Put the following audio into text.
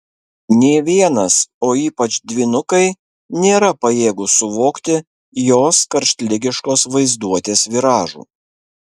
nė vienas o ypač dvynukai nėra pajėgūs suvokti jos karštligiškos vaizduotės viražų